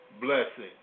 blessing